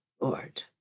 Lord